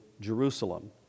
Jerusalem